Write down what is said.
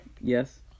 Yes